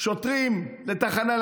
שוטרים לתחנה,